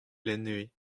lennfe